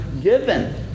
given